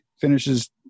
finishes